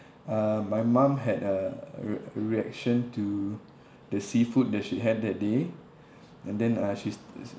uh my mum had a re~ reaction to the seafood that she had that day and then uh she's is